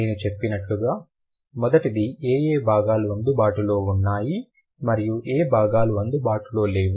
నేను చెప్పినట్లుగా మొదటిది ఏయే భాగాలు అందుబాటులో ఉన్నాయి మరియు ఏ భాగాలు అందుబాటులో లేవు